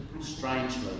strangely